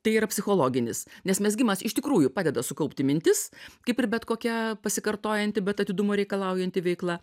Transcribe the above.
tai yra psichologinis nes mezgimas iš tikrųjų padeda sukaupti mintis kaip ir bet kokia pasikartojanti bet atidumo reikalaujanti veikla